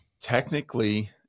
Technically